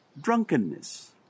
Drunkenness